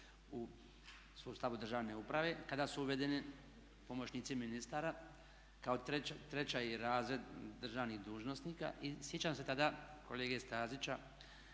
u sustavu državne uprave, kada su uvedeni pomoćnici ministara kao treći razred državnih dužnosnika. I sjećam se tada kolege Stazića